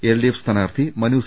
L D F സ്ഥാനാർത്ഥി Manu C